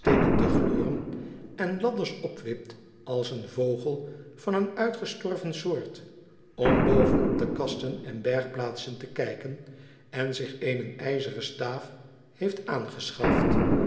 te gluren en ladders opwipte als een vogel van een uitgestorven soort om boven op de kasten en bergplaatsen te kijken en zich eene ijzeren staaf heeft aangeschaft